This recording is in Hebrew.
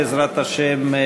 בעזרת השם,